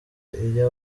iyo